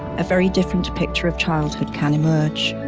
a very different picture of childhood can emerge.